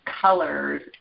colors